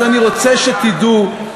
אז אני רוצה שתדעו,